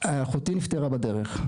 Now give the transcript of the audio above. אחותי נפטרה בדרך,